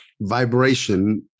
vibration